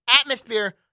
atmosphere